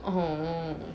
orh